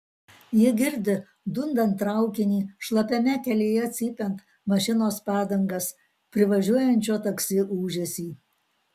ji girdi dundant traukinį šlapiame kelyje cypiant mašinos padangas privažiuojančio taksi ūžesį